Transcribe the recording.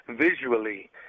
visually